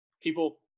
people